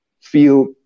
feel